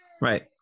Right